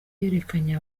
yerekanye